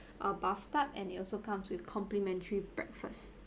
a bathtub and it also comes with complimentary breakfast